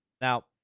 Now